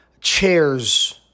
chairs